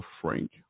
Frank